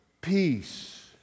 peace